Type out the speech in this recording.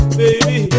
baby